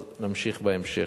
אז נמשיך בהמשך.